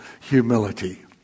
humility